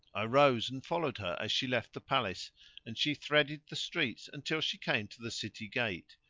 i rose and followed her as she left the palace and she threaded the streets until she came to the city gate,